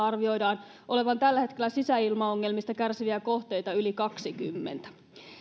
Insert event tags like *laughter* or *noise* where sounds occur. *unintelligible* arvioidaan olevan tällä hetkellä sisäilmaongelmista kärsiviä kohteita yli kaksikymmentä